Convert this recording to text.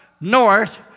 north